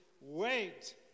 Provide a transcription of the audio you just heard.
Wait